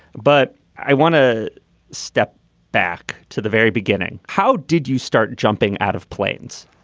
but i want to step back to the very beginning. how did you start jumping out of planes?